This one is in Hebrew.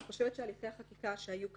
אני חושבת שהליכי החקיקה שהיו כאן,